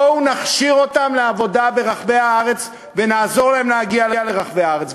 בואו נכשיר אותם לעבודה ברחבי הארץ ונעזור להם להגיע לרחבי הארץ,